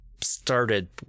started